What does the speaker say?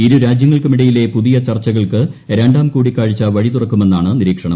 ഇരു രാജ്യങ്ങൾക്കുമിടയിലെ പുതിയ ചർച്ചകൾക്ക് രണ്ടാം കൂടിക്കാഴ്ച വഴി തുറക്കുമെന്നാണ് നിരീക്ഷണം